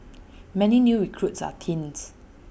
many new recruits are teens